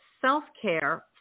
self-care